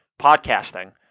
podcasting